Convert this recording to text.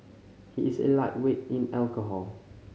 he is a lightweight in alcohol